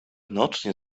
naocznie